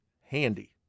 handy